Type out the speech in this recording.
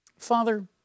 father